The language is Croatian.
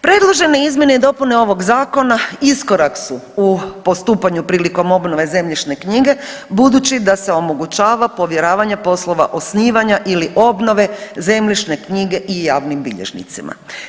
Predložene izmjene i dopune ovog Zakona iskorak su u postupanju prilikom obnove zemljišne knjige, budući da se omogućava povjeravanje poslova osnivanja ili obnove zemljišne knjige i javnim bilježnicima.